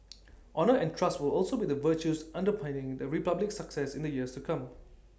honour and trust will also be the virtues underpinning the republic's success in the years to come